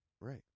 Right